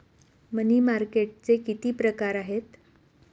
मनी मार्केटचे किती प्रकार आहेत?